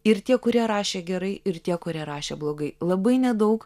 ir tie kurie rašė gerai ir tie kurie rašė blogai labai nedaug